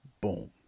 Boom